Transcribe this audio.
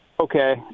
Okay